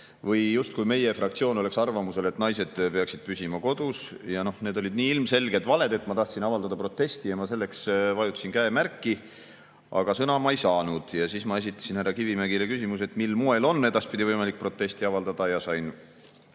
või justkui meie fraktsioon oleks arvamusel, et naised peaksid püsima kodus. Need olid nii ilmselged valed, et ma tahtsin avaldada protesti ja selleks ma vajutasin käemärki, aga sõna ma ei saanud. Ma esitasin härra Kivimägile küsimuse, et mil moel on edaspidi võimalik protesti avaldada, ja sain